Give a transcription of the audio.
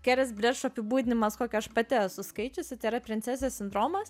apibūdinimas kokia aš pati esu skaičiusi tėra princesės sindromas